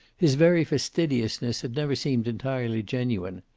his very fastidiousness had never seemed entirely genuine.